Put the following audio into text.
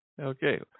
Okay